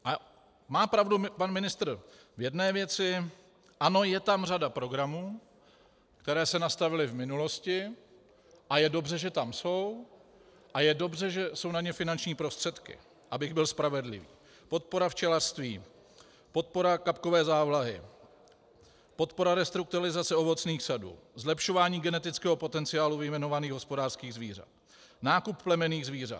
A má pravdu pan ministr v jedné věci, ano, je tam řada programů, které se nastavily v minulosti, a je dobře, že tam jsou, a je dobře, že jsou na ně finanční prostředky, abych byl spravedlivý: podpora včelařství, podpora kapkové závlahy, podpora restrukturalizace ovocných sadů, zlepšování genetického potenciálu vyjmenovaných hospodářských zvířat, nákup plemenných zvířat.